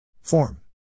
Form